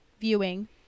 viewing